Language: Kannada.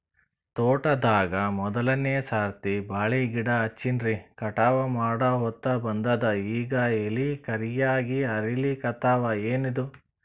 ತೋಟದಾಗ ಮೋದಲನೆ ಸರ್ತಿ ಬಾಳಿ ಗಿಡ ಹಚ್ಚಿನ್ರಿ, ಕಟಾವ ಮಾಡಹೊತ್ತ ಬಂದದ ಈಗ ಎಲಿ ಕರಿಯಾಗಿ ಹರಿಲಿಕತ್ತಾವ, ಏನಿದು?